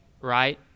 right